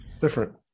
different